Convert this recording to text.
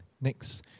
Next